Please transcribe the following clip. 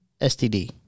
STD